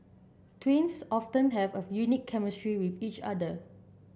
twins often have a unique chemistry with each other